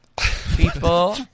people